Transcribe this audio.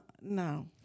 no